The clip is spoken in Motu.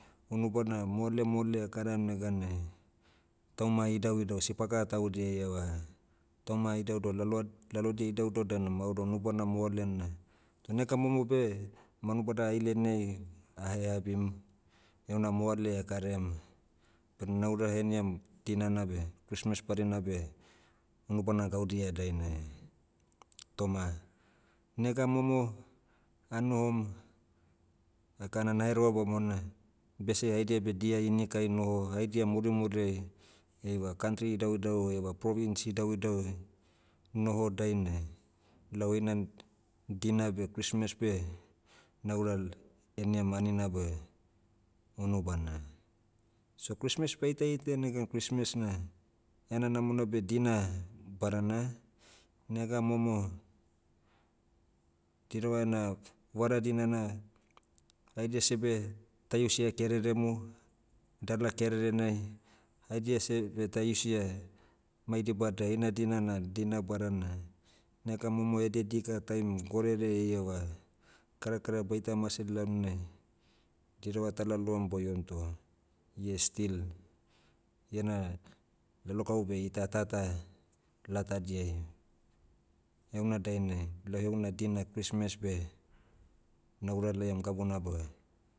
Unubana moale moale ekaram neganai, tauma idauidau sipaka taudia ieva, tauma idaudau laloha- lalodia idaudau danu maodo unubana moale na. Toh nega momo beh, manubada ailenai, aheabim, heuna moale akaraiam, ben naura heniam, dinana beh, christmas badina beh, unubana gaudia dainai. Toma, nega momo, anohom, akana nahereva bamona, bese haidia beh dia inikai noho. Haidia murimuriai, eiva kantri idauidau eieva province idaudau e, noho dainai, lau eina, dina beh christmas beh, naura l- heniam anina beh, unubana. So christmas baita itaia negan christmas na, ena namona beh dina, badana. Nega momo, dirava ena, vara dinana, haidia seh be, ta iusia kereremu, dala kererenai, haidia seh beh ta iusia, mai dibada eina dina na dina badana. Nega momo edia dika taim gorere ieva, karakara baita mase lalonai, dirava talaloam boiom toh, ie still, iena, lalokau beh ita tata, latadiai. Heuna dainai, lau heuna dina christmas beh, naura laiam gabuna beh